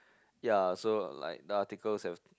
ya so like the articles have